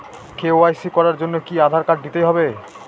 KYC করার জন্য কি আধার কার্ড দিতেই হবে?